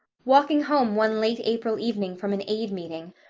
walking home one late april evening from an aid meeting,